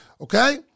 okay